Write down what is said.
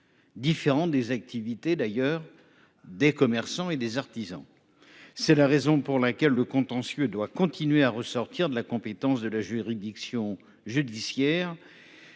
de ceux des activités des commerçants et des artisans. C'est la raison pour laquelle le contentieux doit continuer à ressortir de la compétence de la juridiction judiciaire.